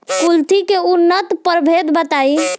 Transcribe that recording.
कुलथी के उन्नत प्रभेद बताई?